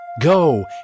Go